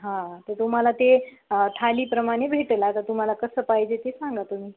हां तर तुम्हाला ते थाळीप्रमाणे भेटेल आता तुम्हाला कसं पाहिजे ते सांगा तुम्ही